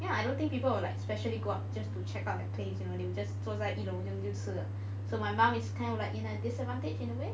ya I don't think people will like specially go up just to check out that place you know you just like you know 坐在一楼就这样吃了 so my mum is kind of like in a disadvantage in a way